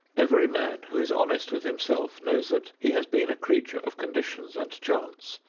every man who is honest with himself knows that he has been a creature of conditions and chance,